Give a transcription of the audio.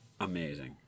Amazing